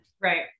Right